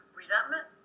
resentment